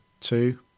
two